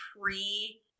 pre